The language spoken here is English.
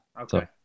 Okay